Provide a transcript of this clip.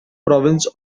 province